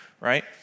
right